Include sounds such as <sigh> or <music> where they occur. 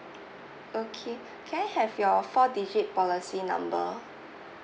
okay <breath> can I have your four digit policy number